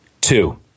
Two